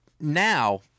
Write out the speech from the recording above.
now